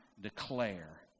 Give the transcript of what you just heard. declare